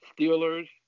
Steelers